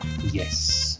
Yes